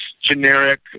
generic